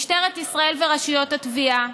משטרת ישראל ורשויות התביעה